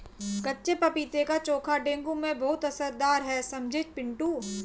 कच्चे पपीते का चोखा डेंगू में बहुत असरदार है समझे पिंटू